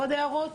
עוד הערות?